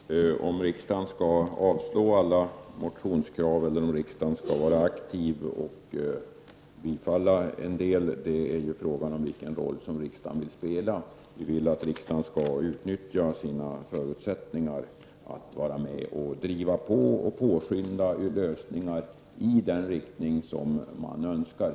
Herr talman! Om riksdagen skall avslå alla motionskrav eller vara aktiv och bifalla en del av dessa är en fråga om vilken roll riksdagen vill spela. Vi vill att riksdagen skall utnyttja sina möjligheter att vara med och påskynda lösningar i den riktning man önskar.